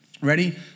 ready